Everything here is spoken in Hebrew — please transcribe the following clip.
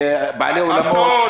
בעלי אולמות,